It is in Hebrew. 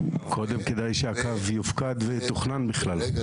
קודם כדאי שהקו יופקד ויתוכנן בכלל,